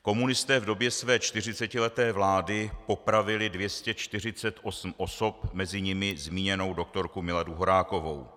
Komunisté v době své čtyřicetileté vlády popravili 248 osob, mezi nimi zmíněnou doktorku Miladu Horákovou.